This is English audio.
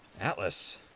Atlas